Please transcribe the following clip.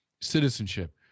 citizenship